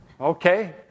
Okay